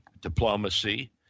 diplomacy